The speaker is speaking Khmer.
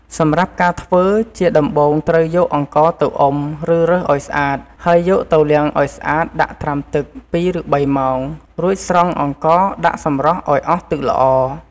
សម្រាប់ការធ្វើ ជាដំបូង ត្រូវយក អង្ករទៅអុំ ឬរើសឱ្យស្អាត ហើយយកទៅលាងឱ្យស្អាតដាក់ត្រាំទឹក ពីរឬបីម៉ោង រួចស្រង់អង្ករដាក់សម្រស់ឱ្យអស់ទឹកល្អ។